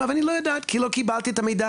אמרת אני לא יודעת כי לא קיבלתי את המידע.